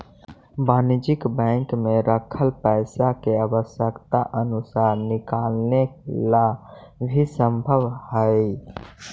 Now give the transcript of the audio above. वाणिज्यिक बैंक में रखल पइसा के आवश्यकता अनुसार निकाले ला भी संभव हइ